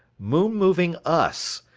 moon-moving us,